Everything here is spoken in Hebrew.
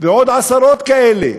ועוד עשרות כאלה,